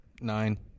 Nine